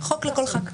חוק לכל ח"כ.